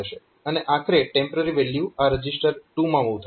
અને આખરે temporary value આ રજીસ્ટર 1 માં મૂવ થશે